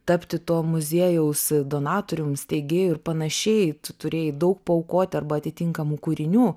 tapti to muziejaus donatorium steigėju ir panašiai tu turėjai daug paaukoti arba atitinkamų kūrinių